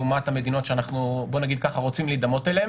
לעומת המדינות שאנחנו רוצים להידמות אליהן,